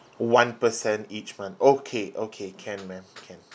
one per cent each month okay okay can ma'am can